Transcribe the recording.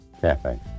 cafe